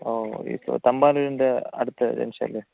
ഓ ഇപ്പോള് തമ്പാനൂരിന്റെ അടുത്ത ജംക്ഷനില്